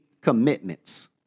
commitments